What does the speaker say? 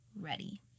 ready